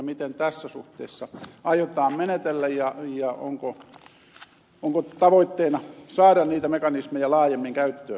miten tässä suhteessa aiotaan menetellä ja onko tavoitteena saada niitä mekanismeja laajemmin käyttöön